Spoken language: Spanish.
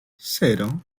cero